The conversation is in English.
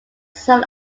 son